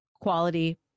quality